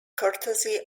courtesy